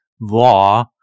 law